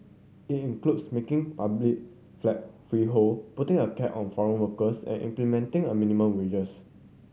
it includes making public flat freehold putting a cap on foreign workers and implementing a minimum wages